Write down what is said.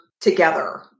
together